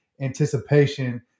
anticipation